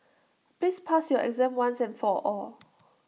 please pass your exam once and for all